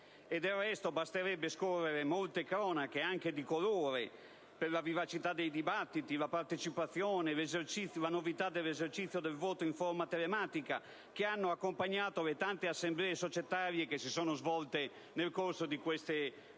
Del resto, basterebbe scorrere molte cronache (anche di colore, per la vivacità dei dibattiti, la partecipazione e la novità dell'esercizio del voto in forma telematica) che hanno accompagnato le tante assemblee societarie che si sono svolte nel corso di queste ultime